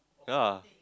ya